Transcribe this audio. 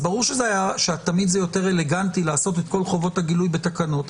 אז ברור שתמיד זה יותר אלגנטי לאסוף את כל חובות הגילוי בתקנות.